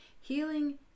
healing